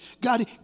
God